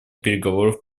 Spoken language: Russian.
переговоров